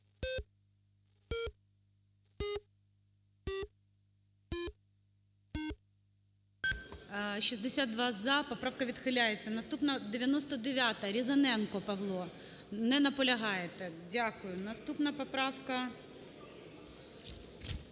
За-62 Поправка відхиляється. Наступна 99-а, Різаненко Павло. Не наполягаєте. Дякую. Наступна поправка